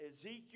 Ezekiel